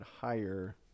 higher